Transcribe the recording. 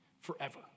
Forever